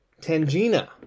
Tangina